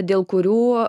dėl kurių